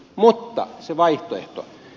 mutta se vaihtoehto